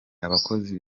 abakozi